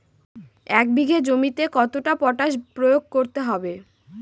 এক বিঘে জমিতে কতটা পটাশ প্রয়োগ করতে হবে?